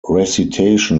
recitation